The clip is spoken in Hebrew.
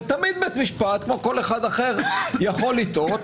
ותמיד בית משפט כמו כל אחד אחר יכול לטעות.